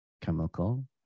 chemical